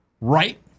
Right